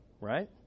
Right